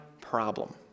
problem